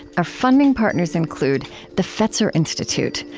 our funding partners include the fetzer institute,